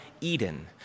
Eden